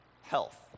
health